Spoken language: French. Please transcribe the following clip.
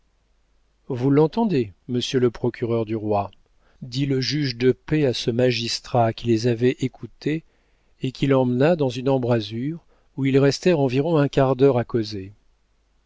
vous l'entendez monsieur le procureur du roi dit le juge de paix à ce magistrat qui les avait écoutés et qu'il emmena dans une embrasure où ils restèrent environ un quart d'heure à causer